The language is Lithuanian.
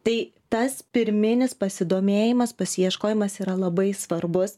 tai tas pirminis pasidomėjimas pas ieškojimas yra labai svarbus